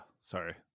Sorry